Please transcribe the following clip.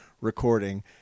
recording